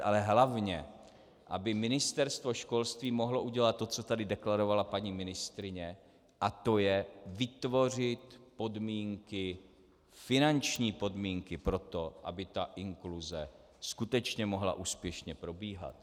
Ale hlavně aby Ministerstvo školství mohlo udělat to, co tady deklarovala paní ministryně, a to je vytvořit podmínky, finanční podmínky pro to, aby inkluze skutečně mohla úspěšně probíhat.